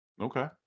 Okay